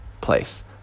place